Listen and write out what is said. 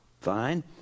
Fine